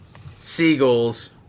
Seagulls